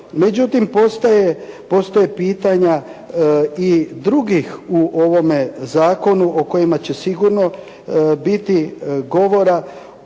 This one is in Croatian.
međutim postoje pitanja i drugih u ovome zakonu o kojima će sigurno biti govora